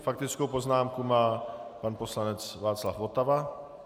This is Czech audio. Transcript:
Faktickou poznámku má pan poslanec Václav Votava.